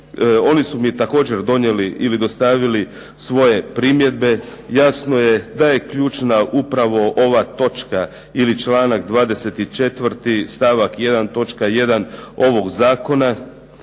oni su mi također donijeli ili dostavili svoje primjedbe. Jasno je da je ključna upravo ova točka ili članak 24. stavak 1. točka 1. ovog zakona